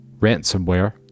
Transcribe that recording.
ransomware